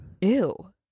Ew